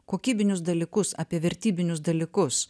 kokybinius dalykus apie vertybinius dalykus